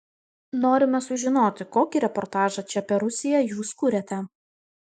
norime sužinoti kokį reportažą čia apie rusiją jūs kuriate